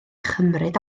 chymryd